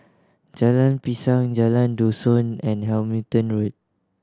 Jalan Pisang Jalan Dusun and Hamilton Road